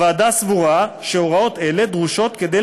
הוועדה סבורה שהוראות אלה דרושות כדי